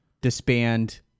disband